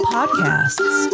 Podcasts